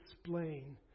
explain